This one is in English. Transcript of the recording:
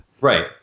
Right